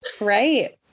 Right